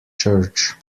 church